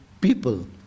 people